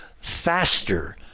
faster